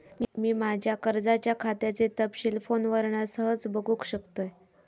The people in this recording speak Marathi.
मी माज्या कर्जाच्या खात्याचे तपशील फोनवरना सहज बगुक शकतय